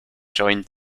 joined